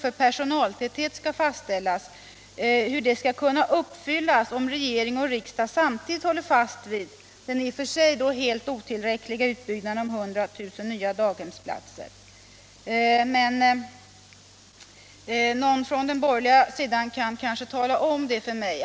för personaltäthet skall fastställas, skall kunna uppfyllas om regering och riksdag samtidigt håller fast vid den i och för sig helt otillräckliga utbyggnaden om 100 000 nya daghemsplatser. Men någon från den borgerliga sidan kan kanske tala om det för mig.